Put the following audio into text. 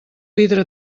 vidre